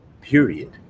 Period